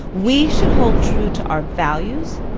we should hold true to our values